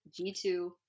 G2